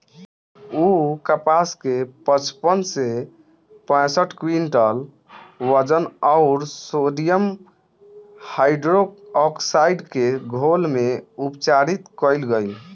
उ कपास के पचपन से पैसठ क्विंटल वजन अउर सोडियम हाइड्रोऑक्साइड के घोल में उपचारित कइल गइल